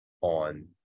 on